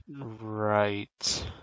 Right